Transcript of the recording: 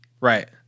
Right